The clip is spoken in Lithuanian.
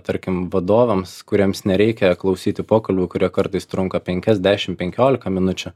tarkim vadovams kuriems nereikia klausyti pokalbių kurie kartais trunka penkias dešimt penkiolika minučių